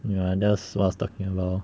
ya that's what I was talking about